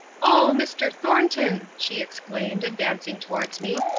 oh, mr. thornton she exclaimed, advancing towards me,